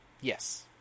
yes